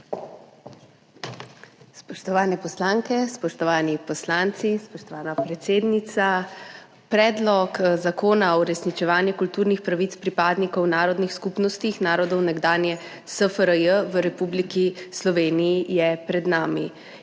Spoštovane poslanke, spoštovani poslanci, spoštovana predsednica! Predlog zakona o uresničevanju kulturnih pravic pripadnikov narodnih skupnosti narodov nekdanje SFRJ v Republiki Sloveniji je pred nami